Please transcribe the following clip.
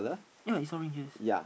ya what is so ring case